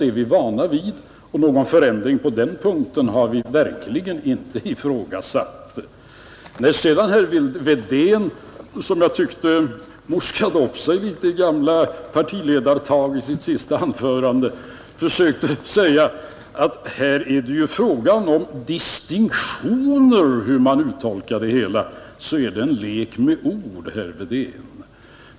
Det är vi vana vid, och någon förändring på den punkten har vi verkligen inte ifrågasatt. När sedan herr Wedén som jag tyckte morskade upp sig litet i gamla partiledartag i sitt senaste anförande och försökte säga att det är en fråga om distinktioner hur man uttolkar det hela, så är det en lek med ord, herr Wedén.